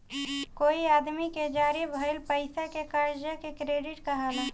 कोई आदमी के जारी भइल पईसा के कर्जा के क्रेडिट कहाला